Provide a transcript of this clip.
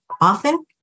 often